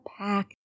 pack